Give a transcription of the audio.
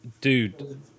Dude